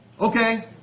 Okay